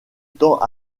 temps